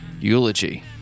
Eulogy